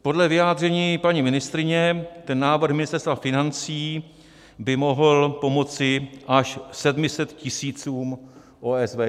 Podle vyjádření paní ministryně ten návrh Ministerstva financí by mohl pomoci až 700 000 OSVČ.